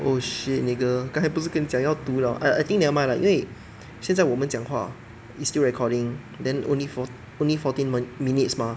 oh shit nigga 刚才不是跟讲要读了 err I think never mind lah 因为现在我们讲话 it's still recording then only four only fourteen minutes mah